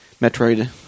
Metroid